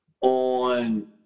on